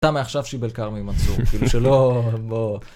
אתה מעכשיו שיבל קארמי מנסור כאילו שלא לא.